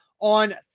on